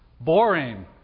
Boring